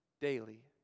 daily